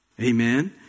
Amen